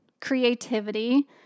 creativity